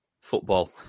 football